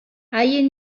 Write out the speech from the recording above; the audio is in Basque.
haien